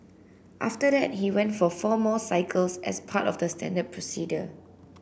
after that he went for four more cycles as part of the standard procedure